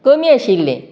कमी आशिल्लें